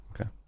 Okay